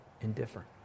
indifferent